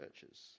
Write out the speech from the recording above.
churches